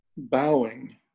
Bowing